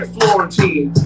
Florentine